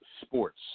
sports